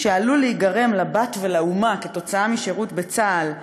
"שעלול להיגרם לבת ולאומה כתוצאה משירות בצה"ל מכריע",